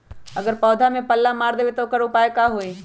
अगर पौधा में पल्ला मार देबे त औकर उपाय का होई?